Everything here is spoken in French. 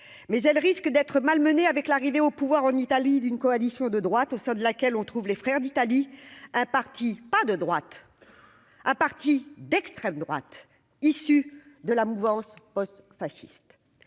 mais elle risque d'être malmené avec l'arrivée au pouvoir en Italie d'une coalition de droite au sein de laquelle on trouve les Frères d'Italie partie pas de droite, à parti d'extrême droite, issu de la mouvance post-fasciste,